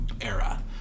era